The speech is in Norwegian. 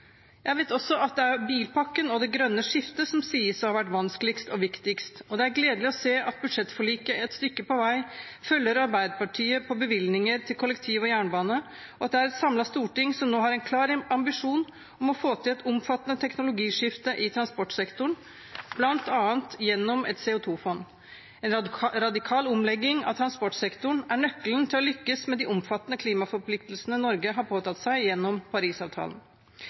Jeg vet også at det er bilpakken og det grønne skiftet som sies å ha vært vanskeligst og viktigst, og det er gledelig å se at budsjettforliket et stykke på vei følger Arbeiderpartiet på bevilgninger til kollektiv og jernbane, og at det er et samlet storting som nå har en klar ambisjon om å få til et omfattende teknologiskifte i transportsektoren, bl.a. gjennom et CO 2 -fond. En radikal omlegging av transportsektoren er nøkkelen til å lykkes med de omfattende klimaforpliktelsene Norge har påtatt seg gjennom